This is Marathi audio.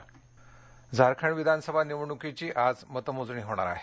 झारखंड झारखंड विधानसभा निवडणुकीची आज मतमोजणी होणार आहे